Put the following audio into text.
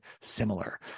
similar